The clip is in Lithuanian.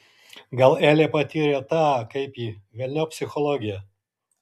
gal elė patyrė tą kaip jį velniop psichologiją